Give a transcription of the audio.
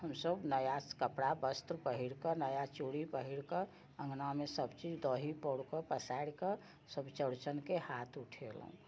हमसब नया कपड़ा वस्त्र पहिरके हमसब नया चूड़ी पहिरके अँगनामे सब चीज दही पौरके पसारिके सब चौरचनके हाथ उठेलहुँ